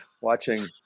watching